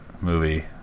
movie